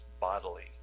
bodily